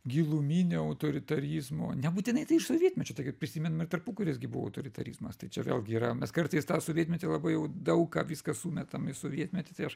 giluminio autoritarizmo nebūtinai tai iš sovietmečio tai kaip prisimenam ir tarpukaris gi buvo autoritarizmas tai čia vėlgi yra mes kartais tą sovietmetį labai jau daug ką viską sumetam į sovietmetį tai aš